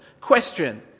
Question